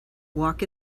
walk